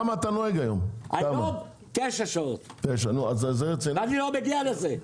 היום אני נוהג 9 שעות, ולא מגיע לזה,